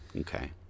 Okay